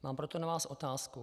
Mám proto na vás otázku.